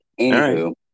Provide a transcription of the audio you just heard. Anywho